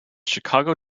chicago